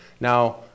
Now